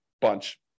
bunch